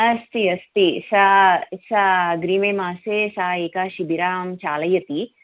अस्ति अस्ति सा सा अग्रिमे मासे सा एका शिबिरं चालयति